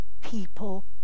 people